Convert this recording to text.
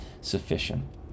sufficient